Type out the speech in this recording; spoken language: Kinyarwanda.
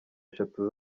eshatu